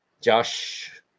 Josh –